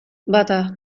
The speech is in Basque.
bata